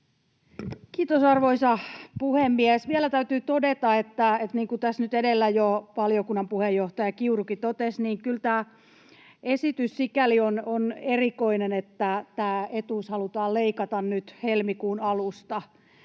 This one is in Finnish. Kiitos, arvoisa puhemies! Vielä täytyy todeta, niin kuin tässä nyt edellä jo valiokunnan puheenjohtaja Kiurukin totesi, että kyllä tämä esitys sikäli on erikoinen, että tämä etuus halutaan leikata nyt helmikuun alusta.